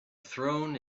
throne